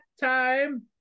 time